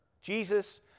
Jesus